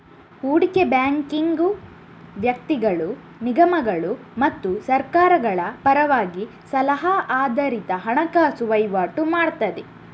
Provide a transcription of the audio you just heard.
ಹೂಡಿಕೆ ಬ್ಯಾಂಕಿಂಗು ವ್ಯಕ್ತಿಗಳು, ನಿಗಮಗಳು ಮತ್ತು ಸರ್ಕಾರಗಳ ಪರವಾಗಿ ಸಲಹಾ ಆಧಾರಿತ ಹಣಕಾಸು ವೈವಾಟು ಮಾಡ್ತದೆ